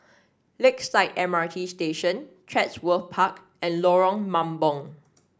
Lakeside M R T Station Chatsworth Park and Lorong Mambong